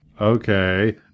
Okay